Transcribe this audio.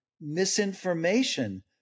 misinformation